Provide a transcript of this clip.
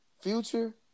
future